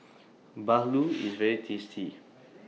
Bahulu IS very tasty